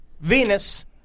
Venus